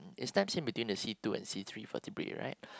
it snaps in between the C Two and C Three for vertebrae right